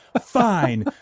Fine